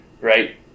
Right